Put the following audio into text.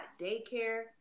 daycare